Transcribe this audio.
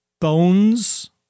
bones